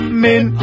men